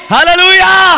Hallelujah